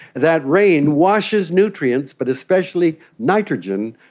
that rain washes nutrients, but especially nitrogen,